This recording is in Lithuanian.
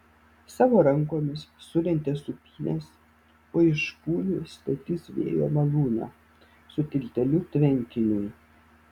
savo rankomis surentė sūpynes o iš špūlių statys vėjo malūną su tilteliu tvenkiniui